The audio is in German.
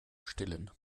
stillen